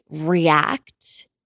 react